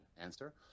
answer